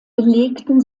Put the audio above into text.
belegten